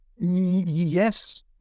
Yes